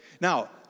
Now